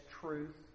truth